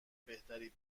بهتر